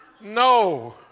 No